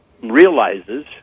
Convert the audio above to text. realizes